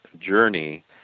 journey